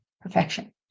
Perfection